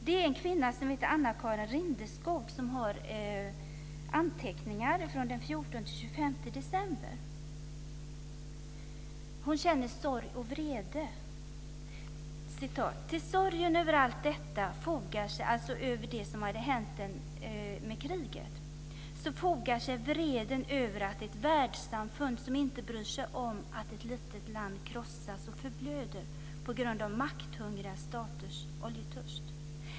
Det är en kvinna som heter Anna-Carin Rindeskog som har gjort anteckningar från den 14 till den 25 december. Hon känner sorg och vrede inför det som hänt under kriget. "Till sorgen över allt detta fogar sig vreden över ett världssamfund som inte bryr sig om att ett litet land krossas och förblöder på grund av makthungriga staters oljetörst.